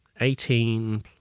eighteen